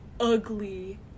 ugly